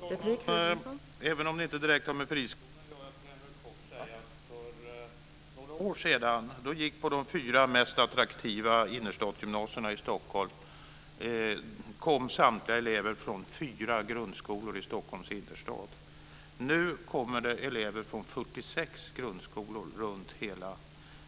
Fru talman! Även om det inte direkt har med friskolor att göra kan jag ge ett kort svar. För några år sedan kom samtliga elever på de fyra mest attraktiva innerstadsgymnasierna i Stockholm från fyra grundskolor i Stockholms innerstad. Nu kommer eleverna från 46 grundskolor runtom i